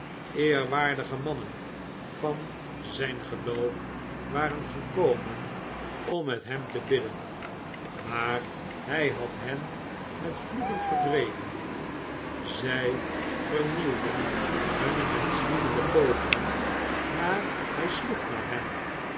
eerwaardige mannen van zijn geloof waren gekomen om met hem te bidden maar hij had hen met vloeken verdreven zij vernieuwden hunne menschlievende pogingen maar hij sloeg naar hen